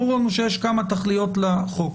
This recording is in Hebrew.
ברור לנו שיש כמה תכליות לחוק.